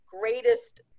greatest